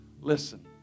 Listen